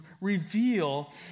reveal